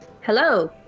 Hello